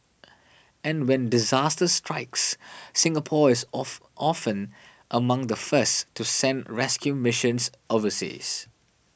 and when disaster strikes Singapore is often among the first to send rescue missions overseas